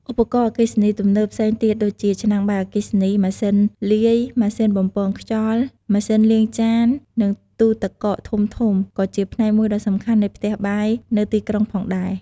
ឧបករណ៍អគ្គិសនីទំនើបផ្សេងទៀតដូចជា ឆ្នាំងបាយអគ្គិសនី ម៉ាស៊ីនលាយ ម៉ាស៊ីនបំពងខ្យល់ ម៉ាស៊ីនលាងចាន និងទូទឹកកកធំៗ ក៏ជាផ្នែកមួយដ៏សំខាន់នៃផ្ទះបាយនៅទីក្រុងផងដែរ។